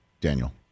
Daniel